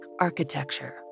architecture